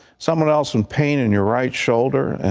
someone else in pain in your right shoulder,